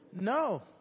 No